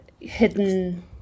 hidden